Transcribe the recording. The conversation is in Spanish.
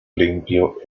limpio